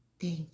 thank